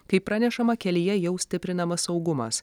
kaip pranešama kelyje jau stiprinamas saugumas